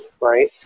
right